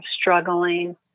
struggling